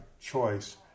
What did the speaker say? choice